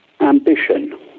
ambition